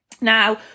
Now